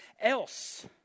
else